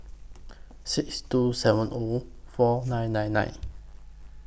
six two seven O four nine nine nine